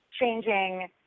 changing